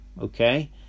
okay